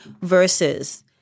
versus